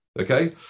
okay